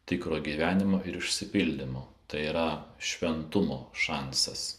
tikro gyvenimo ir išsipildymo tai yra šventumo šansas